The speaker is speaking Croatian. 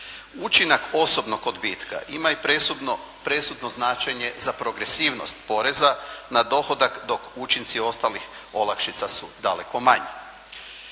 Učinak osobnog odbitka ima i presudno značenje za progresivnost poreza na dohodak dok učinci ostalih olakšica su daleko manji.